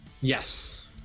Yes